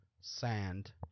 Sand